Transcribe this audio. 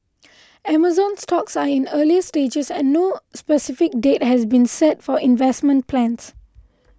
Amazon's talks are in earlier stages and no specific date has been set for investment plans